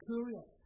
Curious